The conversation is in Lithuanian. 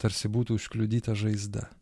tarsi būtų užkliudyta žaizda